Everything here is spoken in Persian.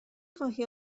خواهی